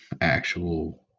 actual